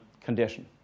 condition